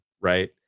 Right